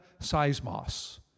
seismos